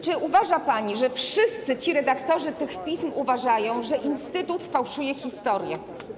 Czy uważa pani, że wszyscy redaktorzy tych pism uważają, że instytut fałszuje historię?